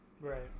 Right